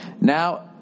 Now